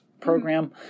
program